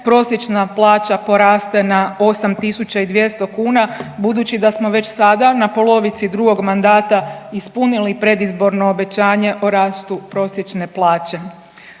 prosječna plaća poraste na 8.200 kuna, budući da smo već sada na polovici drugog mandata ispunili predizborno obećanje o rastu prosječne plaće.